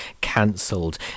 cancelled